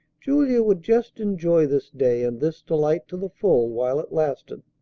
julia would just enjoy this day and this delight to the full while it lasted.